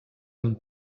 amb